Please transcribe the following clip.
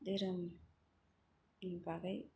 धोरोमनि बागै